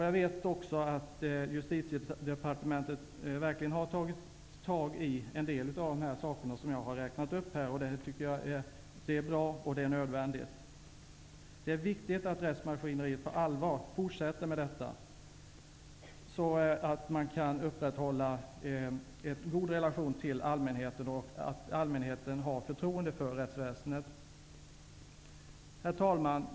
Jag vet att Justitiedepartementet verkligen har tagit tag i en del av de saker som jag har räknat upp. Det tycker jag är bra, och det är nödvändigt. Det är viktigt att rättsmaskineriet på allvar fortsätter med detta, så att man kan upprätthålla en god relation till allmänheten och att allmänheten har förtroende för rättsväsendet. Herr talman!